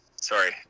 Sorry